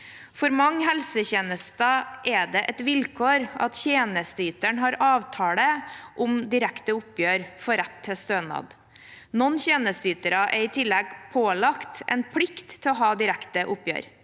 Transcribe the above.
For mange helsetjenester er det et vilkår at tjenesteyteren har avtale om direkte oppgjør for rett til stønad. Noen tjenesteytere er i tillegg pålagt en plikt til å ha direkte oppgjør.